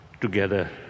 together